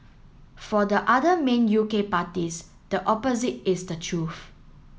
for the other main U K parties the opposite is the truth